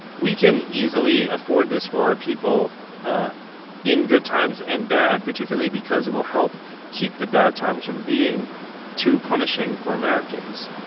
we can easily afford this for our people ah in good times and bad particularly because it will help keep the bad times from being too punishing for americans.